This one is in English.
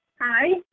Hi